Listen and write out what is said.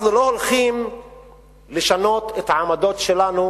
אנחנו לא הולכים לשנות את העמדות שלנו